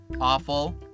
awful